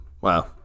Wow